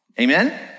Amen